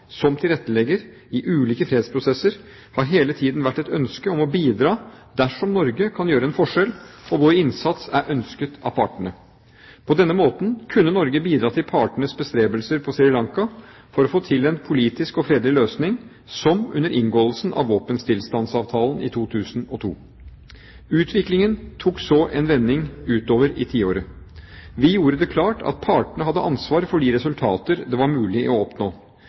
som tilrettelegger i ulike fredsprosesser har hele tiden vært et ønske om å bidra dersom Norge kan gjøre en forskjell og vår innsats er ønsket av partene. På denne måten kunne Norge bidra til partenes bestrebelser på Sri Lanka for å få til en politisk og fredelig løsning, som under inngåelsen av våpenstillstandsavtalen i 2002. Utviklingen tok så en vending utover i tiåret. Vi gjorde det klart at partene hadde ansvar for de resultater det var mulig å oppnå.